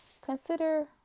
Consider